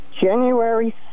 January